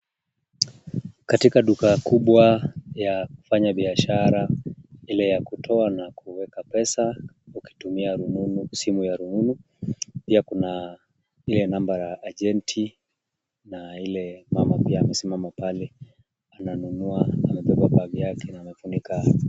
Katika duka kubwa ya kufanya biashara ile ya kutoa na kuweka pesa ukitumia simu ya rununu. Pia kuna ile namba la ajenti na ile mama pia amesimama pale ananunua, amebeba bag yake na amefunika.